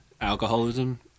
alcoholism